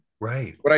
Right